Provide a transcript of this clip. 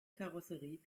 karosserie